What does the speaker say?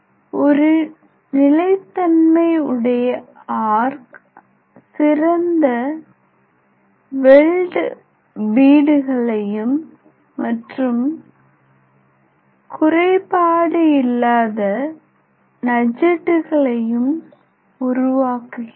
ஒரு நிலைத்தன்மை உடைய ஆர்க் சிறந்த வெல்டு பீடுகளையும் மற்றும் குறைபாடு இல்லாத நஜேடுகளையும் உருவாக்குகிறது